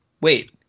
Wait